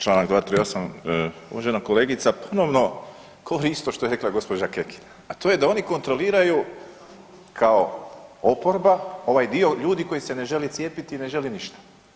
Članak 238., uvažena kolegica ponovno ko isto što je rekla gospođa Kekin, a to je da oni kontroliraju kao oporba ovaj dio ljudi koji se ne želi cijepiti i ne želi ništa.